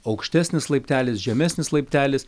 aukštesnis laiptelis žemesnis laiptelis